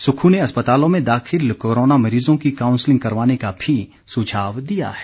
सुक्खू ने अस्पतालों में दाखिल कोरोना मरीज़ों की काउंसलिंग करवाने का भी सुझाव दिया है